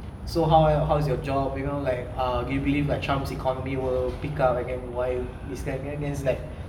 so how how's your job you know like ah do you believe like trump's economy will pick up and then why while this guy's there and it's like